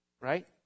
Right